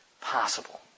possible